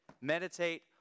Meditate